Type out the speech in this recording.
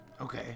Okay